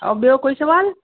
ऐं ॿियो कोई सुवालु